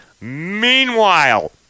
Meanwhile